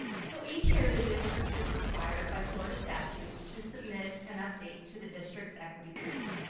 so each year, the district is required by florida statute to submit an update to the district's equity plan.